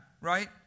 right